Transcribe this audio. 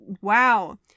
Wow